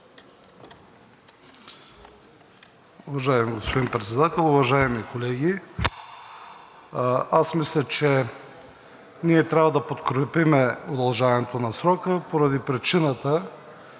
Уважаеми господин Председател, уважаеми колеги! Аз мисля, че ние трябва да подкрепим удължаването на срока поради причината